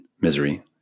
misery